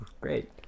Great